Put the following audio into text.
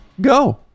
go